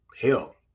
hell